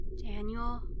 Daniel